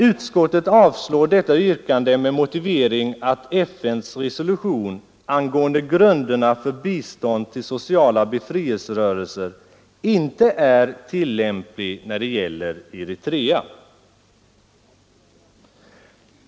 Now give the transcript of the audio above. Utskottet avvisar detta yrkande med motivering att FN:s resolution angående grunderna för bistånd till sociala befrielserörelser inte är tillämplig när det gäller Eritrea.